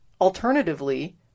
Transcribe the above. Alternatively